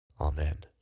Amen